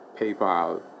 PayPal